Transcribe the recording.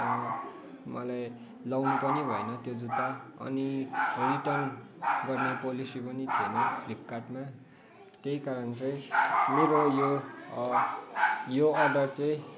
मलाई लगाउनु पनि भएन त्यो जुत्ता अनि रिटर्न गर्ने पोलेसी पनि थिएन फ्लिपकार्टमा त्यही कारण चाहिँ मेरो यो अ यो अर्डर चाहिँ